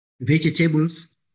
vegetables